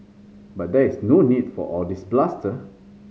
but there is no need for all this bluster